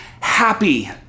happy